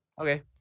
Okay